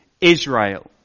Israel